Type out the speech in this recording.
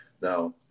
Now